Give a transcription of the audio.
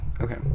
okay